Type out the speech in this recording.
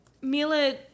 Mila